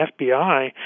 FBI